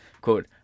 Quote